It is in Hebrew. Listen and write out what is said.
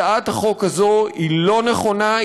הצעת החוק הזאת היא לא נכונה,